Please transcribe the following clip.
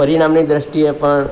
પરિણામની દૃષ્ટિએ પણ